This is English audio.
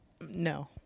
No